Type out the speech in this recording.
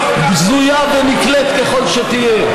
בזויה ונקלית ככל שתהיה,